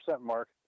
mark